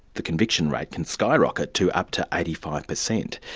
the conviction rate can skyrocket to up to eighty five percent.